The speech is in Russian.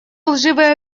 лживые